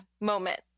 moment